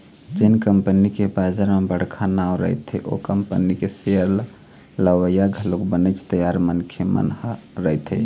जेन कंपनी के बजार म बड़का नांव रहिथे ओ कंपनी के सेयर ल लेवइया घलोक बनेच तियार मनखे मन ह रहिथे